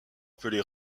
appelé